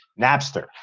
Napster